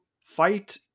Fight